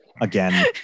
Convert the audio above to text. Again